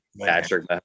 Patrick